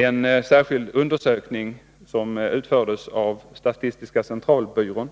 En särskild undersökning, som utfördes av statistiska centralbyrån